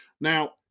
now